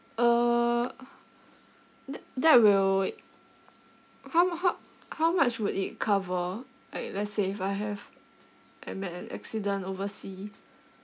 uh tha~ that will wait how mu~ how how much will it cover like let's say if I have I met an accident oversea